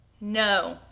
No